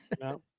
no